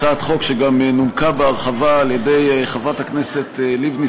הצעת חוק שגם נומקה בהרחבה על-ידי חברת הכנסת לבני,